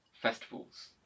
festivals